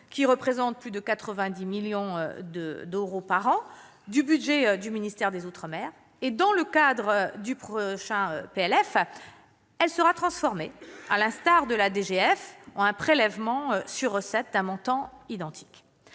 qui représente plus de 90 millions d'euros par an, du budget du ministère des outre-mer. Dans le cadre du prochain projet de loi de finances, cette dotation sera transformée, à l'instar de la DGF, en un prélèvement sur recette d'un montant identique.